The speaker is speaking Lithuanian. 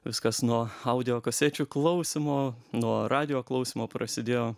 viskas nuo audiokasečių klausymo nuo radijo klausymo prasidėjo